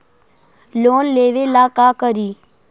Loan लेबे ला का करि?